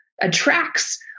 attracts